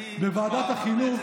אני לא חבר כנסת, בוועדת החינוך,